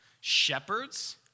shepherds